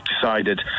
decided